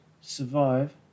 survive